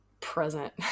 present